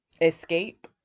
escape